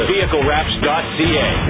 VehicleWraps.ca